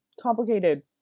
complicated